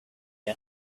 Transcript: air